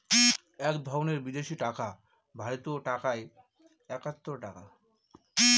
এক ধরনের বিদেশি টাকা ভারতীয় টাকায় একাত্তর টাকা